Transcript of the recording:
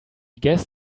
guess